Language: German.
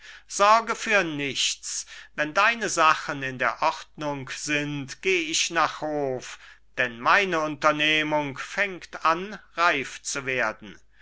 sorge für nichts wenn deine sachen in der ordnung sind geh ich nach hof denn meine unternehmung fängt an reif zu werden